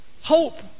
hope